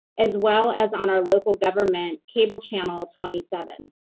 as well as on our local government cable channel twenty seven.